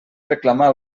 reclamar